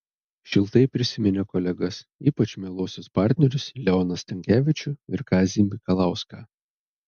šiltai prisiminė kolegas ypač mieluosius partnerius leoną stankevičių ir kazį mikalauską